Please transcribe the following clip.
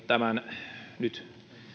tämän nyt